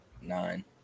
nine